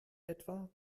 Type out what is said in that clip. etwa